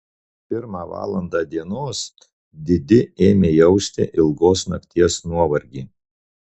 pirmą valandą dienos didi ėmė jausti ilgos nakties nuovargį